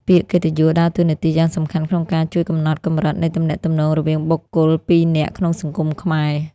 ពាក្យកិត្តិយសដើរតួនាទីយ៉ាងសំខាន់ក្នុងការជួយកំណត់កម្រិតនៃទំនាក់ទំនងរវាងបុគ្គលពីរនាក់ក្នុងសង្គមខ្មែរ។